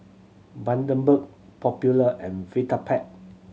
Bundaberg Popular and Vitapet